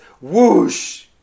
whoosh